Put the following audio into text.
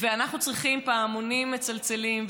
ואנחנו צריכים פעמונים מצלצלים.